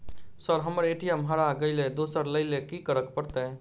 Sir हम्मर ATM हरा गइलए दोसर लईलैल की करऽ परतै?